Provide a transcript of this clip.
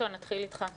ילדים עד גיל 12,